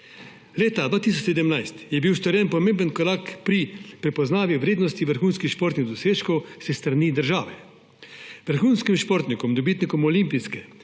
Leta 2017 je bil storjen pomemben korak pri prepoznavi vrednosti vrhunskih športnih dosežkov s strani države. Vrhunskim športnikom, dobitnikom olimpijske